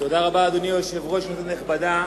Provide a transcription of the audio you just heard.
אדוני היושב-ראש, תודה רבה, כנסת נכבדה,